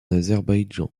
azerbaïdjan